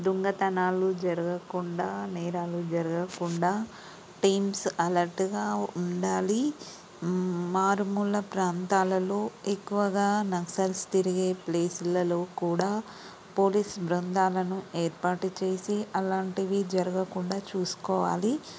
దొంగతనాలు జరగకుండా నేరాలు జరగకుండా టీమ్స్ అలర్ట్గా ఉండాలి మారుమూల ప్రాంతాలలో ఎక్కువగా నక్సల్స్ తిరిగే ప్లేస్లలో కూడా పోలీస్ బృందాలను ఏర్పాటు చేసి అలాంటివి జరగకుండా చూసుకోవాలి